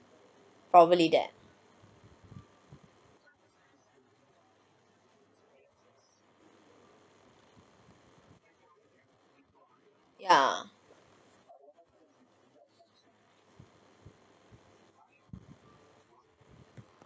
probably that ya